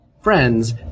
friends